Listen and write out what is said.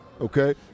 okay